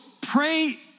pray